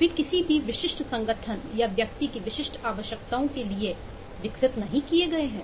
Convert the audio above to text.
वे किसी भी विशिष्ट संगठन या व्यक्ति की विशिष्ट आवश्यकताओं के लिए विकसित नहीं किए गए हैं